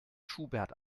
schubert